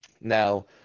now